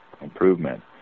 improvement